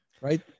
right